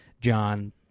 John